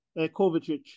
Kovacic